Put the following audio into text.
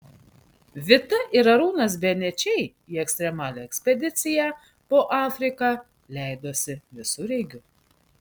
vita ir arūnas benečiai į ekstremalią ekspediciją po afriką leidosi visureigiu